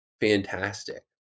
fantastic